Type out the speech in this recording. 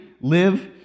live